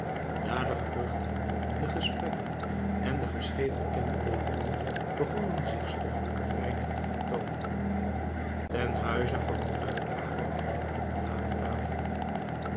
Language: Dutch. na de geruchten de gesprekken en de geschreven kenteekenen begonnen zich stoffelijke feiten te vertoonen ten huize van een uitdrager werden in een ladetafel